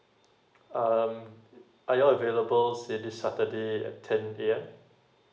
um are you available say this saturday at ten A_M